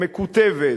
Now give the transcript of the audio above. מקוטבת,